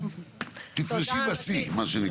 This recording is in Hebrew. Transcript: תפרשי בשיא, מה שנקרא.